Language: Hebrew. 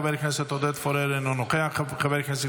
הוא לא יודע איך לקבל אותנו, אלף תירוצים.